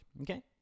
okay